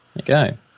Okay